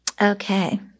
Okay